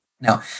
Now